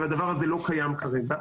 אבל הדבר הזה לא קיים כרגע.